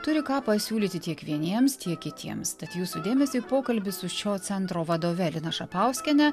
turi ką pasiūlyti tiek vieniems tiek kitiems tad jūsų dėmesiui pokalbis su šio centro vadove lina šapauskiene